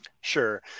sure